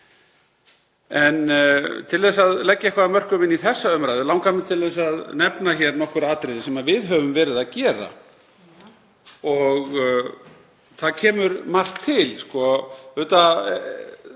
En til þess að leggja eitthvað af mörkum inn í þessa umræðu langar mig til að nefna hér nokkur atriði sem við höfum verið að gera og þar kemur margt til. Auðvitað